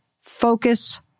Focus